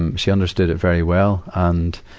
um she understood it very well. and,